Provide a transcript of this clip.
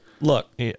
Look